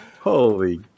Holy